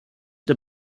der